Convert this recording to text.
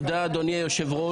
תודה רבה אדוני היושב ראש.